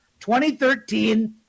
2013